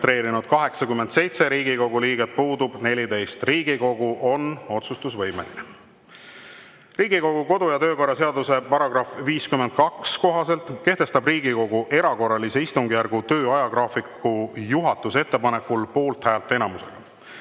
87 Riigikogu liiget, puudub 14. Riigikogu on otsustusvõimeline. Riigikogu kodu- ja töökorra seaduse § 52 kohaselt kehtestab Riigikogu erakorralise istungjärgu töö ajagraafiku juhatuse ettepanekul poolthäälte enamusega.